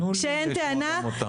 תנו לי לשמוע גם אותה.